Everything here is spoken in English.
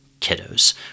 kiddos